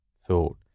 thought